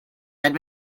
had